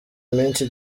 iminsi